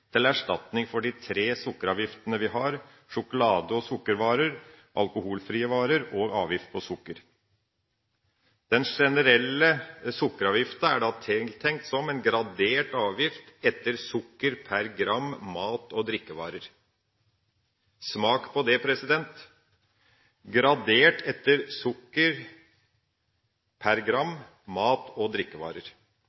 til erstatning for de tre sukkeravgiftene vi har: sjokolade og sukkervarer, alkoholfrie varer og avgift på sukker. Den generelle sukkeravgiften er tenkt som en gradert avgift etter sukker per gram mat- og drikkevarer. Smak på det, president: Gradert etter sukker per gram